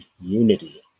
unity